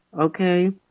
okay